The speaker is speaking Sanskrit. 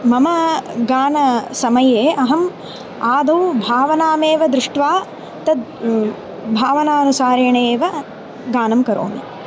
मम गानसमये अहम् आदौ भावनामेव दृष्ट्वा तत् भावनानुसारेण एव गानं करोमि